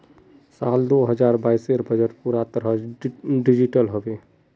साल दो हजार बाइसेर बजट पूरा तरह डिजिटल हबे